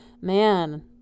man